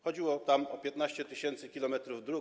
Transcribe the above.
Chodziło tam o 15 tys. km dróg.